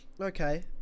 Okay